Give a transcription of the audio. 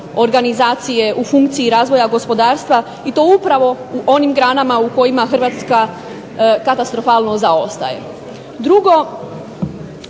organizacije u funkciji razvoja gospodarstva i to upravo u onim granama u kojima Hrvatska katastrofalno zaostaje. Drugo,